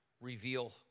reveal